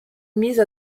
mise